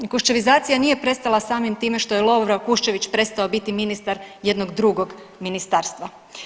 Kuščevizacija nije prestala samim time što je Lovro Kuščević prestao biti ministar jednog drugog ministarstva.